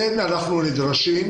אנחנו נדרשים,